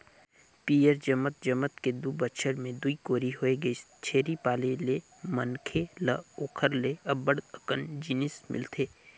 पियंर जमत जमत के दू बच्छर में दूई कोरी होय गइसे, छेरी पाले ले मनखे ल ओखर ले अब्ब्ड़ अकन जिनिस मिलथे